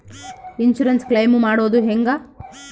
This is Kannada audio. ಇನ್ಸುರೆನ್ಸ್ ಕ್ಲೈಮು ಮಾಡೋದು ಹೆಂಗ?